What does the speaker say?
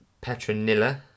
Petronilla